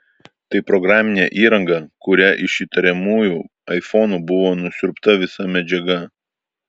tai programinė įranga kuria iš įtariamųjų aifonų buvo nusiurbta visa medžiaga